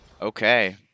Okay